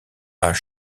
hand